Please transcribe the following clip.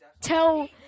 tell